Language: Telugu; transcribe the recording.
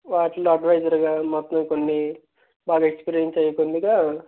వాటిలో అడ్వైసర్గా మొత్తం కొన్ని వారు ఎక్స్పీరియన్స్ అవి పొందగా